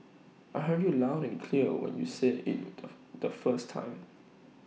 I heard you loud and clear when you said IT the first time